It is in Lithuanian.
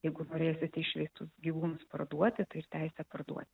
jeigu norėsite išveistus gyvūnus parduoti tai teisę parduoti